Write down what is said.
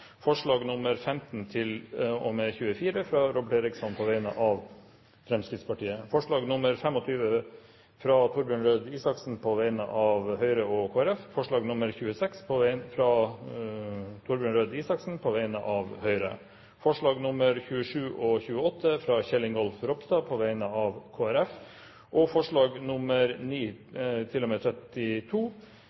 fra Robert Eriksson på vegne av Fremskrittspartiet forslag nr. 25, fra Torbjørn Røe Isaksen på vegne av Høyre og Kristelig Folkeparti forslag nr. 26, fra Torbjørn Røe Isaksen på vegne av Høyre forslagene nr. 27 og 28, fra Kjell Ingolf Ropstad på vegne av